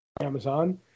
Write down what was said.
amazon